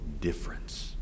difference